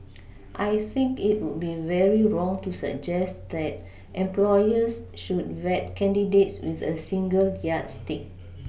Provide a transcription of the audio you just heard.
I think it would be very wrong to suggest that employers should vet candidates with a single yardstick